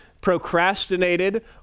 procrastinated